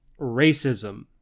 racism